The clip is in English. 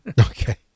Okay